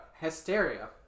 hysteria